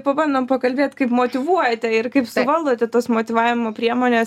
pabandom pakalbėt kaip motyvuojate ir kaip suvaldote tas motyvavimo priemones